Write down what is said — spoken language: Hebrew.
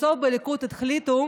בסוף בליכוד החליטו